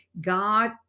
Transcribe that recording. God